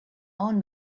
own